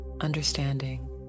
understanding